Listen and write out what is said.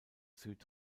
süd